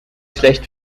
schlecht